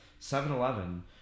7-Eleven